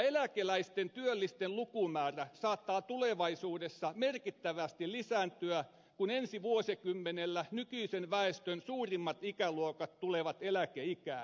eläkeikäisten työllisten lukumäärä saattaa tulevaisuudessa merkittävästi lisääntyä kun ensi vuosikymmenellä nykyisen väestön suurimmat ikäluokat tulevat eläkeikään